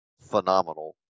phenomenal